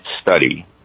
study